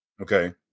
Okay